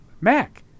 Mac